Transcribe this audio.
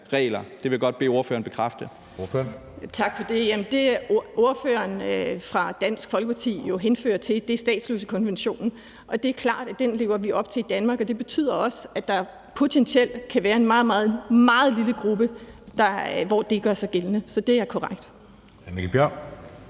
Kl. 14:29 Heidi Bank (V): Tak for det. Jamen det, ordføreren fra Dansk Folkeparti hentyder til, er statsløsekonventionen. Det er klart, at vi lever op til den i Danmark, og det betyder også, at der potentielt kan være en meget, meget lille gruppe, hvor det gør sig gældende. Så det er korrekt.